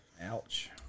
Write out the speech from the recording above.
Ouch